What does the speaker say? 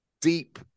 deep